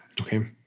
Okay